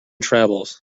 travels